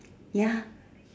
ya